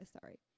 Sorry